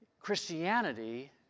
Christianity